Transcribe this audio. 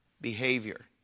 behavior